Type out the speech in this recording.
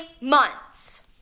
months